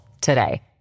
today